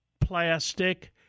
plastic